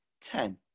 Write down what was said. Ten